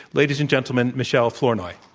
ladies and gentlemen, michele flournoy.